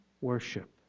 worship